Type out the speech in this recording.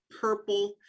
purple